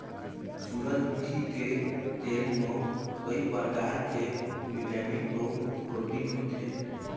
सूरजमुखी के तेल म कइ परकार के बिटामिन अउ प्रोटीन होथे